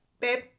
babe